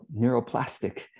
neuroplastic